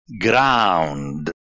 ground